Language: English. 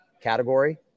category